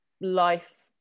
life